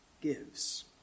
gives